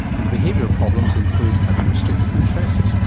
and the behavioural problems include having restricted interests,